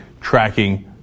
tracking